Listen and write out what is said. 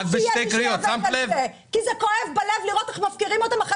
זה כואב בלב לראות איך מפקירים אותם.